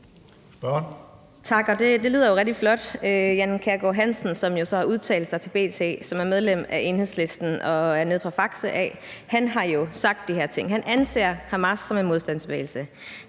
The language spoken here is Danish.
Det lyder jo rigtig flot. Jan Kjærgaard Hansen, som jo så har udtalt sig til B.T., som er medlem af Enhedslisten, og som er nede fra Faxe, har jo sagt de her ting. Han anser Hamas som en modstandsbevægelse.